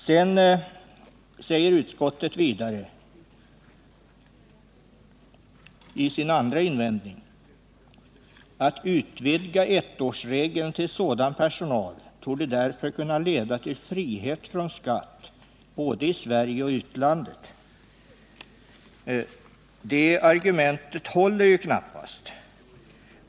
Utskottet säger vidare i sin andra invändning: ”Att utvidga ettårsregeln till sådan personal torde därför kunna leda till frihet från skatt både i Sverige och i utlandet.” Det argumentet håller knappast.